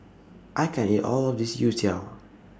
I can't eat All of This Youtiao